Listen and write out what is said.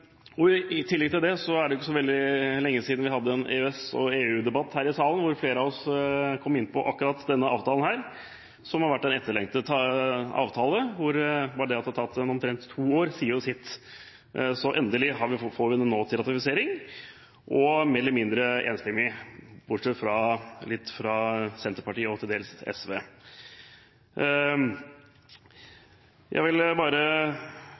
og redegjorde. I tillegg til det er det ikke så veldig lenge siden vi hadde en EØS- og EU-debatt her i salen, hvor flere av oss kom inn på akkurat denne avtalen her, som har vært en etterlengtet avtale. Bare det at det har tatt omtrent to år, sier jo sitt, så endelig får vi den nå til ratifisering – og mer eller mindre enstemmig, bortsett fra litt fra Senterpartiet og til dels SV. Jeg vil bare